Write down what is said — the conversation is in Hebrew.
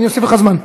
אני אוסיף לך זמן.